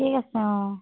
ঠিক আছে অঁ